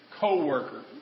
co-worker